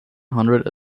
hundred